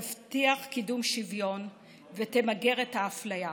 תבטיח קידום שוויון ותמגר את האפליה.